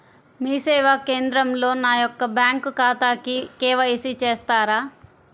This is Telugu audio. మీ సేవా కేంద్రంలో నా యొక్క బ్యాంకు ఖాతాకి కే.వై.సి చేస్తారా?